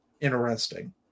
interesting